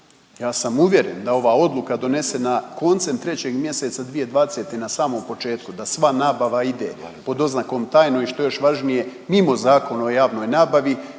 ja sam uvjeren da ova odluka donesena koncem 3. mjeseca 2020. na samom početku, da sva nabava ide pod oznakom tajno i što je još važnije, mimo Zakon o javnoj nabavi,